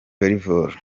volley